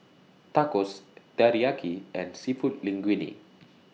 Tacos Teriyaki and Seafood Linguine